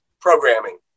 programming